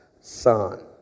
son